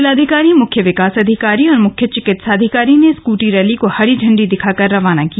जिलाधिकारी मुख्य विकास अधिकारी और मुख्य चिकित्साधिकारी ने स्कूटी रैली को हरी झंडी दिखाकर रवाना किया